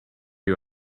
you